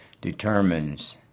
determines